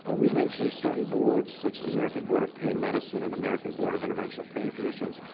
ah we mentioned certain boards, such as american board of pain medicine and american board of interventional pain physicians.